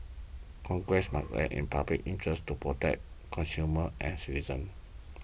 congress must in public interest to protect consumers and citizens